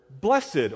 Blessed